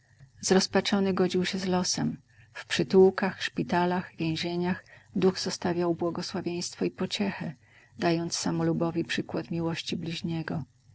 zrozpaczony godził się z losem w przytułkach szpitalach więzieniach duch zostawiał błogosławieństwo i pociechę dając samolubowi przykład miłości bliźniego